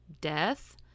death